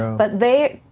but they,